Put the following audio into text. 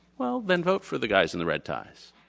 well, then vote for the guys in the red ties.